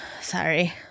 Sorry